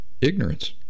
ignorance